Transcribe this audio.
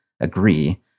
agree